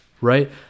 right